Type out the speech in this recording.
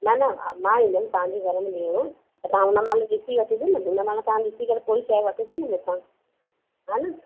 न न मां ईंदमि तव्हांजे घर में ॾेयण त तव्हां उन महिल ॾिसी वठिजो न हुन महिल तव्हां ॾिसी करे पोइ शइ वठिजो न मूंखां ह न